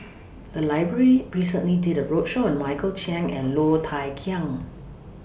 The Library recently did A roadshow on Michael Chiang and Low Thia Khiang